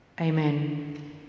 Amen